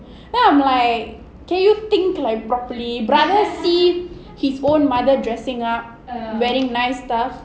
then I'm like can you think like properly brother see his own mother dressing up wearing nice stuff